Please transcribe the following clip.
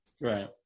Right